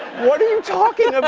what are you talking about?